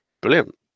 Brilliant